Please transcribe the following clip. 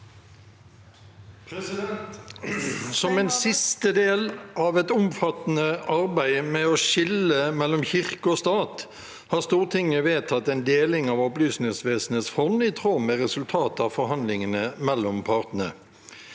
«Som en siste del av et omfattende arbeid med å skille mellom kirke og stat, har Stortinget vedtatt en deling av Opplysningsvesenets fond i tråd med resultatet av forhandlingene mellom partene.